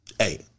Hey